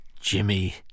Jimmy